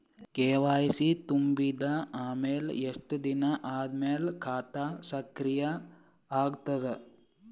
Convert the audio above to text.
KYC ತುಂಬಿದ ಅಮೆಲ ಎಷ್ಟ ದಿನ ಆದ ಮೇಲ ಖಾತಾ ಸಕ್ರಿಯ ಅಗತದ?